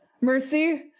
Mercy